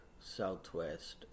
Southwest